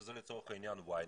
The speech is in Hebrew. שזה לצורך העניין YNET,